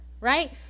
right